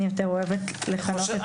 אני יותר אוהבת לכנות את עצמי כאשת חינוך.